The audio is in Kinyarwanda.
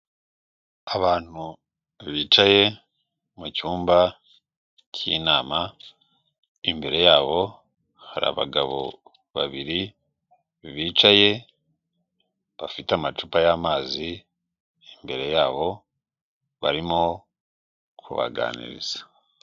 Abantu bicaye mu cyumba k'inama, imbere yabo hari abagabo babiri bicaye bafite amacupa y'amazi imbere yabo barimo kubaganiriza.